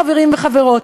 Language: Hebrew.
חברים וחברות,